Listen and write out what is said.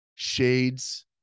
Shades